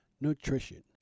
Nutrition